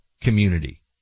community